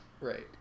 right